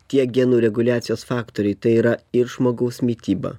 tie genų reguliacijos faktoriai tai yra ir žmogaus mityba